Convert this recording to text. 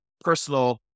personal